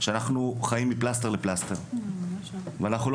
שאנחנו חיים מפלסטר לפלסטר ואנחנו לא